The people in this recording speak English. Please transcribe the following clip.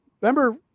remember